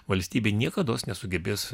valstybė niekados nesugebės